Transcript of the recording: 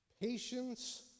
patience